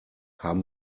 haben